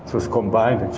was combined